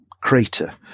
Crater